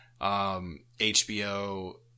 HBO